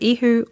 Ihu